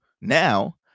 now